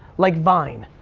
like vine,